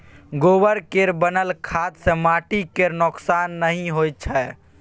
गोबर केर बनल खाद सँ माटि केर नोक्सान नहि होइ छै